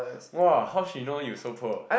!wah! how she know you so poor